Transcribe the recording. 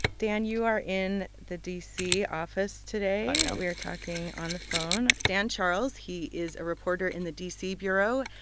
dan, you are in the d c. office today i am we are talking on the phone. dan charles he is a reporter in the d c. bureau.